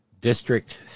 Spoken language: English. District